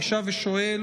אני שב ושואל,